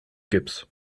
gips